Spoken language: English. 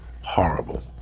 Horrible